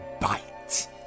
bite